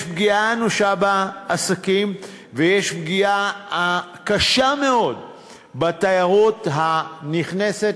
יש פגיעה אנושה בעסקים ויש פגיעה קשה מאוד בתיירות הנכנסת,